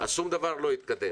אז שום דבר לא יתקדם.